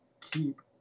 keep